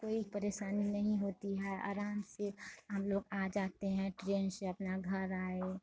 कोई परेशानी नहीं होती है आराम से हम लोग आ जाते हैं ट्रेन से अपना घर आए